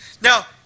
Now